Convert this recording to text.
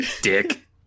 Dick